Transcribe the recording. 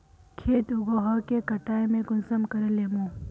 खेत उगोहो के कटाई में कुंसम करे लेमु?